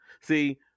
See